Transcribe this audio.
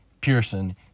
Pearson